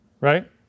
right